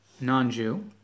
non-Jew